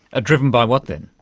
driven by what then?